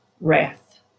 wrath